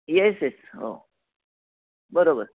yes yes हो बरोबर